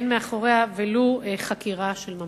ואין מאחוריה חקירה של ממש.